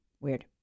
Weird